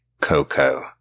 Coco